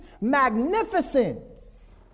magnificence